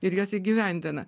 ir jas įgyvendina